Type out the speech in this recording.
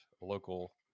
local